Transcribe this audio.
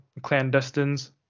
clandestines